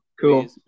cool